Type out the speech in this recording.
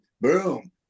boom